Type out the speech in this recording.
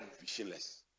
visionless